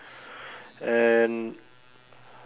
and